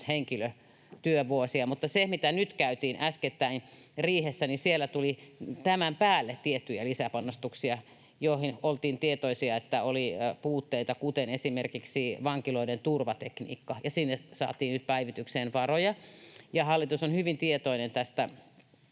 henkilötyövuosia. Mutta nyt äskettäin riihessä tuli tämän päälle tiettyjä lisäpanostuksia, joihin liittyen oltiin tietoisia, että oli puutteita, kuten esimerkiksi vankiloiden turvatekniikka, ja sinne saatiin nyt päivitykseen varoja. Hallitus on hyvin tietoinen tästä